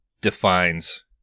defines